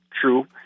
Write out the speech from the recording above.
true